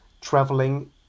traveling